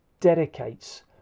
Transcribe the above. dedicates